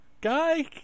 guy